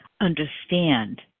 understand